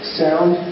sound